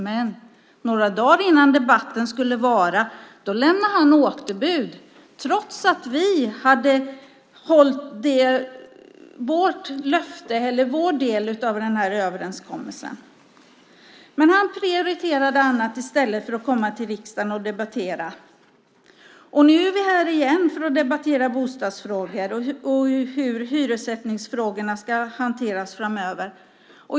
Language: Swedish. Men några dagar innan debatten skulle vara lämnade han återbud, trots att vi hade hållit vår del av denna överenskommelse. Men han prioriterade annat i stället för att komma till riksdagen och debattera. Nu är vi här igen för att debattera bostadsfrågor och hur hyressättningsfrågorna ska hanteras framöver.